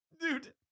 Dude